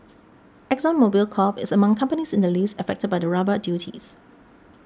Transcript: Exxon Mobil Corp is among companies in the list affected by the rubber duties